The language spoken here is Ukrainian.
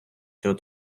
цього